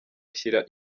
ushyira